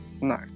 No